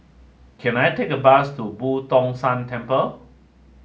can I take a bus to Boo Tong San Temple